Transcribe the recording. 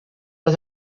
les